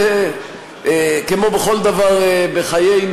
כמו בכל דבר בחיינו,